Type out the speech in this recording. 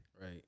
Right